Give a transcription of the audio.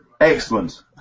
Excellent